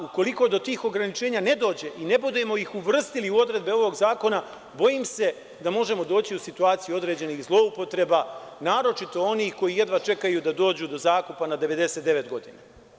Ukoliko do tih ograničenja ne dođe i ne budemo ih uvrstili u odredbe ovog zakona, bojim se da možemo doći u situaciju određenih zloupotreba, naročito onih koji jedva čekaju da dođu do zakupa na 99 godina.